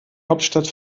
hauptstadt